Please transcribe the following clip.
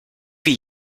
wie